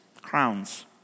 crowns